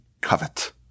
covet